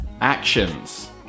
Actions